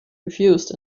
refused